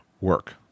work